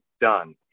done